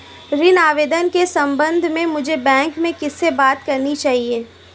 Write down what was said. ऋण आवेदन के संबंध में मुझे बैंक में किससे बात करनी चाहिए?